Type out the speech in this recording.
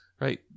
right